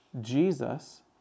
Jesus